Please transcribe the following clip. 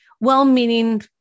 well-meaning